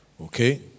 okay